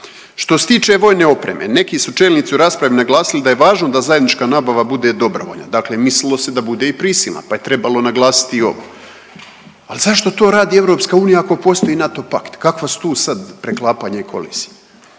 Što se tiče vojne opreme neki su čelnici u raspravi naglasili da je važno da zajednička nabava bude dobrovoljna. Dakle, mislio se da bude i prisilna pa je trebalo naglasiti i ovo. Ali zašto to radi EU ako postoji NATO pakt? Kakva su tu sad preklapanja i kolizije?